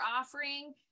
offering